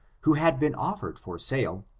who had been offered for sale,